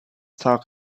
talk